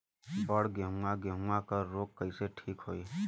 बड गेहूँवा गेहूँवा क रोग कईसे ठीक होई?